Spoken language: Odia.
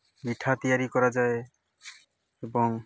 ମିଠା ତିଆରି କରାଯାଏ ଏବଂ